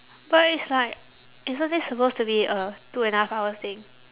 but it's like isn't this supposed to be a two and a half hour thing